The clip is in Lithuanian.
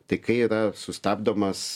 tai kai yra sustabdomas